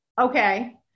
Okay